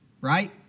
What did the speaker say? right